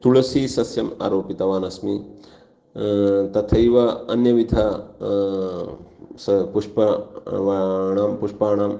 तुलसीसस्यम् आरोपितवानस्मि तथैव अन्यविधानि सः पुष्पाणि वनानां पुष्पाणां